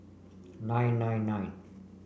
nine nine nine